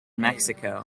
mexico